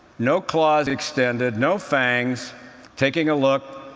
no claws extended, no fangs taking a look.